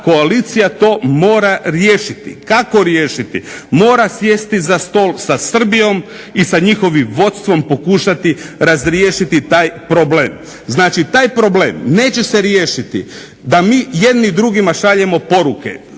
koalicija to mora riješiti. Kako riješiti, mora sjesti za stol sa Srbijom i sa njihovim vodstvom pokušati razriješiti taj problem. Znači, taj problem neće se riješiti da mi jedni drugima šaljemo poruke